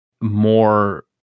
more